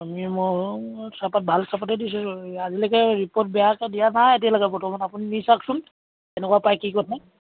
আমি মই চাহপাত ভাল চাহপতেই দিছোঁ আজিলৈকে ৰিপৰ্ট বেয়াকৈ দিয়া নাই এতিয়ালৈকে বৰ্তমান আপুনি নি চাওকচোন কেনেকুৱা পায় কি কথা